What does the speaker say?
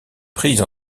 prise